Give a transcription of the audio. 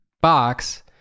box